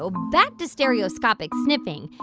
so back to stereoscopic snipping.